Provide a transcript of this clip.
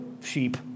sheep